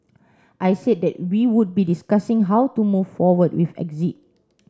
I said that we would be discussing how to move forward with exit